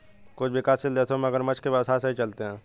कुछ विकासशील देशों में मगरमच्छ के व्यवसाय सही चलते हैं